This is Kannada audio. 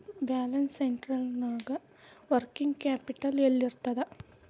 ಬ್ಯಾಲನ್ಸ್ ಶೇಟ್ನ್ಯಾಗ ವರ್ಕಿಂಗ್ ಕ್ಯಾಪಿಟಲ್ ಯೆಲ್ಲಿರ್ತದ?